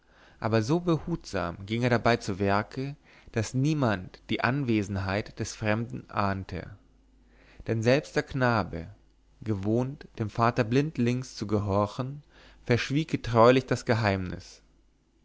aber so behutsam ging er dabei zu werke daß niemand die anwesenheit des fremden ahnte denn selbst der knabe gewohnt dem vater blindlings zu gehorchen verschwieg getreulich das geheimnis